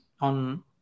on